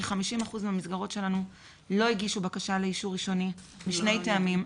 כ-50% מהמסגרות שלנו לא הגישו בקשה לאישור ראשוני משני טעמים.